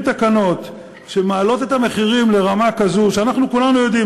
תקנות שמעלות את המחירים לרמה כזו שאנחנו כולנו יודעים,